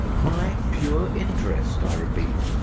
my pure interest, i repeat,